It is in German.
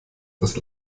das